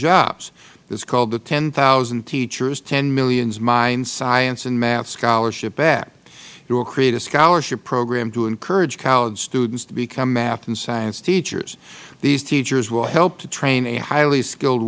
jobs it is called the ten thousand teachers ten million minds science and math scholarship act it will create a scholarship program to encourage college students to become math and science teachers these teachers will help to train a highly skilled